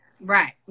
Right